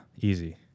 easy